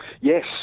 Yes